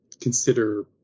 consider